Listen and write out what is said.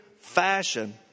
fashion